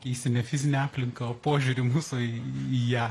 keisim ne fizinę aplinką o požiūrį mūsų į į ją